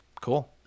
cool